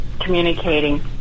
communicating